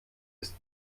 ist